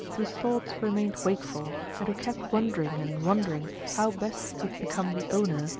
whose thoughts remained wakeful, and who kept wondering and wondering how best he could become the owner,